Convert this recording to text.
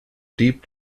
deep